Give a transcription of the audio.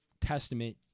Testament